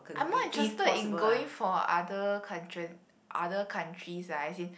I am not interested in going for other countrys other countries uh as in actually